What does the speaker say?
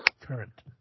Current